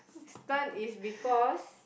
stun is because